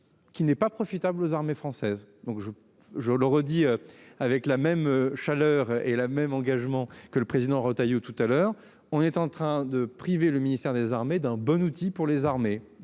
Qui n'est pas profitable aux armées françaises donc je, je le redis avec la même chaleur et la même engagement que le président Retailleau tout à l'heure, on est en train de priver le ministère des Armées d'un bon outil pour les armées.